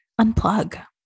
unplug